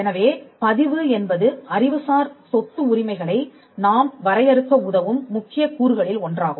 எனவே பதிவு என்பது அறிவுசார் சொத்து உரிமைகளை நாம் வரையறுக்க உதவும் முக்கிய கூறுகளில் ஒன்றாகும்